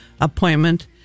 appointment